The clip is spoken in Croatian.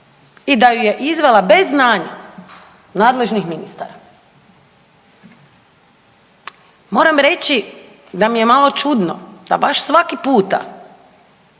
i da ju je izvela bez znanja nadležnih ministara. Moram reći da mi je malo čudno da baš svaki puta